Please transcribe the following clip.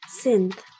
Synth